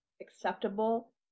acceptable